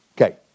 Okay